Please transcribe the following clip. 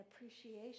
appreciation